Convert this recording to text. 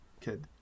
kid